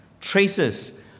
traces